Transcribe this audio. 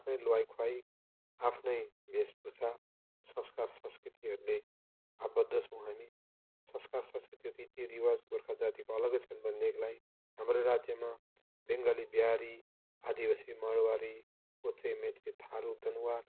आफ्नै लवाइ खुवाइ आफ्नै वेशभूषा संस्कार संस्कृतिहरूले आबद्ध छौँ हामी संस्कार संस्कति रीतिरिवाज गोर्खा जातिको अलग्गै छन् भने देखिलाई आफ्नो राज्यमा बङ्गाली बिहारी आदिवासी माडवाडी कोचे मेचे थारू दनुवार